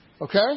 Okay